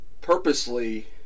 purposely